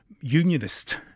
Unionist